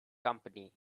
company